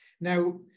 Now